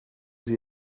sie